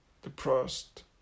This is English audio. depressed